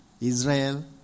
Israel